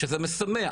שזה משמח,